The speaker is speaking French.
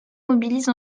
mobilise